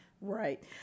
Right